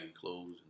clothes